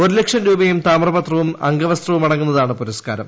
ഒരു ലക്ഷം രൂപയും താമ്രപത്രവും അംഗവസ്ത്രവും അടങ്ങുന്നതാണ് പുരസ്കാരം